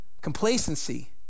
Complacency